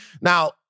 Now